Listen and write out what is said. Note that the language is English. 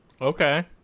Okay